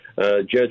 Judge